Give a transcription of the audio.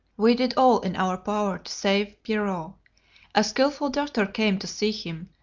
we did all in our power to save pierrot a skilful doctor came to see him,